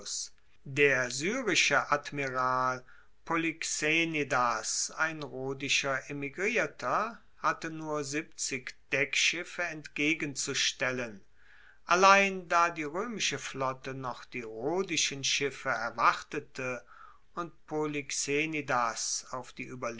der syrische admiral polyxenidas ein rhodischer emigrierter hatte nur deckschiffe entgegenzustellen allein da die roemische flotte noch die rhodischen schiffe erwartete und polyxenidas auf die